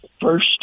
First